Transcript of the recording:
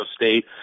State